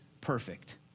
perfect